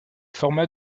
formats